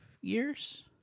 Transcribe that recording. years